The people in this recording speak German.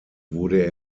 wurde